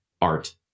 art